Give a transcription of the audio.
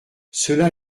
cela